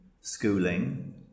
schooling